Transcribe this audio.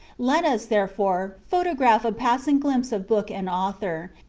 let us, therefore, photograph a passing glimpse of book and author,